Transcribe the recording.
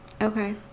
Okay